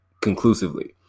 conclusively